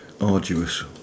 arduous